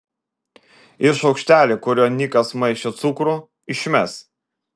ir šaukštelį kuriuo nikas maišė cukrų išmes